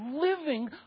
living